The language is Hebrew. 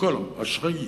אשראי